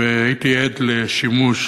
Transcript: והייתי עד לשימוש